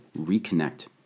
reconnect